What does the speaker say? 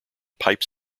pipe